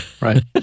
Right